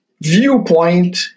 viewpoint